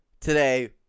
today